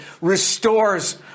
restores